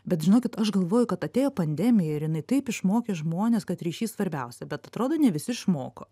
bet žinokit aš galvoju kad atėjo pandemija ir jinai taip išmokė žmones kad ryšys svarbiausia bet atrodo ne visi išmoko